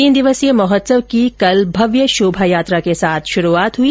तीन दिवसीय महोत्सव की कल भव्य शोभायात्रा के साथ शुरूआत हुई